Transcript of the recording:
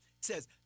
says